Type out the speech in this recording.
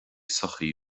sochaí